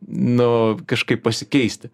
nu kažkaip pasikeisti